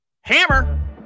hammer